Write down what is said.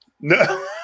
No